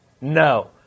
No